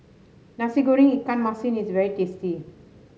Nasi Goreng Ikan Masin is very tasty